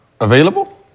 available